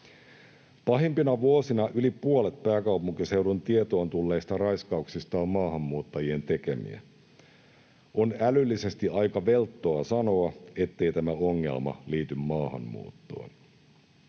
Pahimpina vuosina yli puolet pääkaupunkiseudulla tietoon tulleista raiskauksista on maahanmuuttajien tekemiä. On älyllisesti aika velttoa sanoa, ettei tämä ongelma liity maahanmuuttoon.